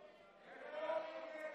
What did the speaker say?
אין שום